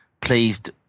Pleased